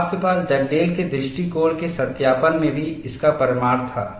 आपके पास डगडेल के दृष्टिकोण के सत्यापन में भी इसके प्रमाण थे